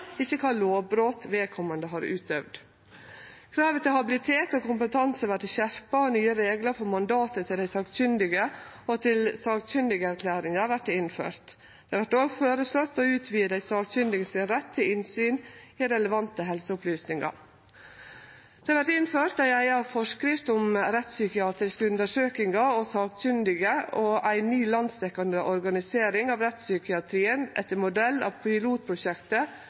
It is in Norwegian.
ikkje kva lovbrot vedkommande har utøvd. Kravet til habilitet og kompetanse vert skjerpa, og nye reglar for mandatet til dei sakkunnige og til sakkunnigerklæringa vert innført. Det er òg foreslått å utvide dei sakkunnige sin rett til innsyn til relevante helseopplysningar. Det vert innført ei eiga forskrift om rettspsykiatriske undersøkingar og sakkunnige og ei ny landsdekkjande organisering av rettspsykiatrien etter modell av pilotprosjektet